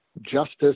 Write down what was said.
justice